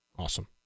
Awesome